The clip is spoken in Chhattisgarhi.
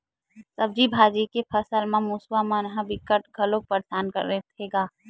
सब्जी भाजी के फसल म मूसवा मन ह बिकट घलोक परसान करथे गा